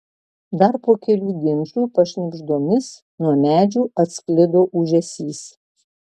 dar po kelių ginčų pašnibždomis nuo medžių atsklido ūžesys